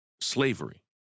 slavery